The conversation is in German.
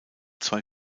zwei